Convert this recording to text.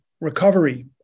recovery